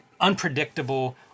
unpredictable